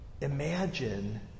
imagine